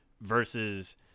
versus